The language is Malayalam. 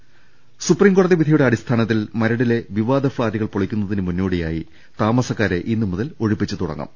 ദർവ്വെടെ ഒര സുപ്രീംകോടതി വിധിയുടെ അടിസ്ഥാനത്തിൽ മരടിലെ വിവാദ ഫ്ളാറ്റു കൾ പൊളിക്കുന്നതിന് മുന്നോടിയായി താമസക്കാരെ ഇന്നുമുതൽ ഒഴിപ്പി ച്ചുതുടങ്ങും